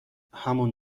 همون